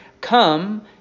Come